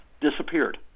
disappeared